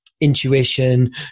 intuition